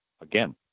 again